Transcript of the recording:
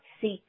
seek